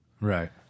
Right